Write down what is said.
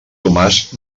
tomàs